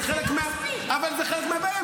זה חלק ------ אבל זה חלק מהבעיה,